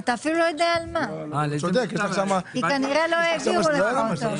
אתה אפילו לא יודע על מה כי כנראה לא העבירו לך אותו.